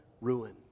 ruin